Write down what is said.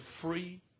free